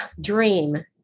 dream